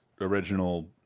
original